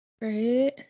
Right